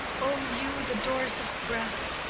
o you the doors of breath,